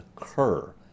occur